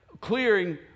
clearing